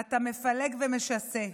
אתה מפלג ומשסה.